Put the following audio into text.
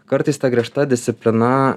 kartais ta griežta disciplina